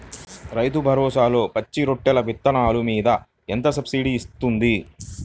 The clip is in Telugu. రైతు భరోసాలో పచ్చి రొట్టె విత్తనాలు మీద ఎంత సబ్సిడీ ఇస్తుంది?